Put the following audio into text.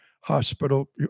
Hospital